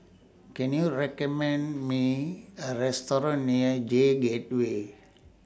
Can YOU recommend Me A Restaurant near J Gateway